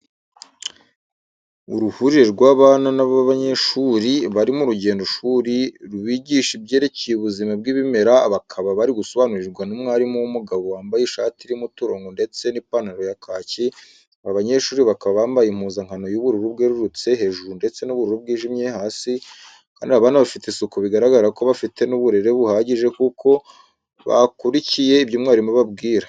Uruhurire rw'abana b'abanyeshuri bari m'urugendoshuri rubigisha ibyerekeye ubuzima bw'ibimera, bakaba bari gusobanurirwa n'umwarimu w'umugabo wambaye ishati irimo uturongo ndetse nipantaro ya kacyi, aba banyeshuri bakaba bambaye impuzankano y'ubururu bwerurutse hejuru ndetse n'ubururu bwijimye hasi kandi abana bafite isuku bigaragara ko bafite n'uburere buhagije kuko bakurikiye ibyo mwarimu ababwira.